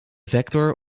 vector